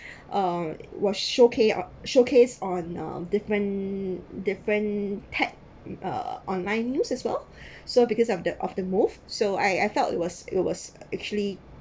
um was showcase on showcase on um different different tag uh online news as well so because of the of the move so I I felt it was it was actually